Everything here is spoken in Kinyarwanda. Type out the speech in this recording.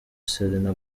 selena